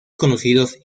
conocidos